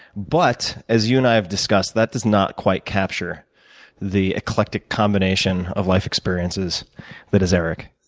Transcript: but, as you and i have discussed, that does not quite capture the eclectic combination of life experiences that is eric.